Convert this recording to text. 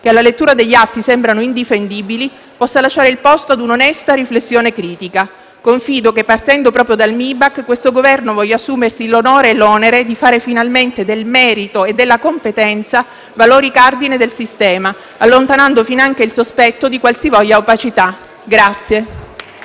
che alla lettura degli atti sembrano essere indifendibili, possa lasciare il posto ad un'onesta riflessione critica. Confido che, partendo proprio dal MIBAC, questo Governo voglia assumersi l'onore e l'onere di fare finalmente del merito e della competenza valori cardine del sistema, allontanando finanche il sospetto di qualsivoglia opacità.